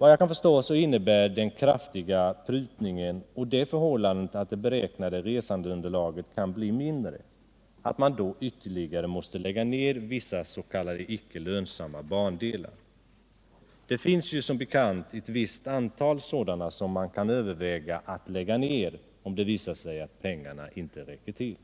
Vad jag kan förstå så innebär den kraftiga prutningen och det förhållandet att det beräknade resandeunderlaget kan bli mindre att man då ytterligare måste lägga ner vissa s.k. icke lönsamma bandelar. Det finns ju som bekant ett visst antal sådana, som man kan överväga att lägga ner om det visar sig att pengarna inte räcker till.